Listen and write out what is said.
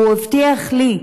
והוא הבטיח לי,